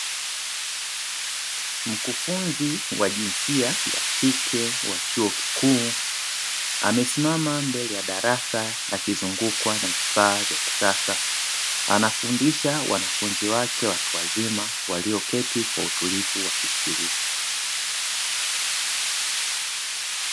Mkufunzi wa jinsia ya kike wa chuo kikuu amesimama mbele ya darasa akizungukwa na vifaa vya kisasa, anafundisha wanafunzi wake watu wazima walioketi kwa utulivu wakisikiliza.